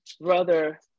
brother